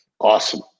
Awesome